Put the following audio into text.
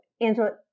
Angela